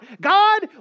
God